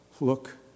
look